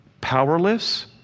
powerless